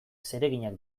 zereginak